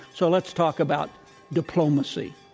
so, let's talk about diplomacy.